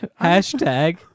Hashtag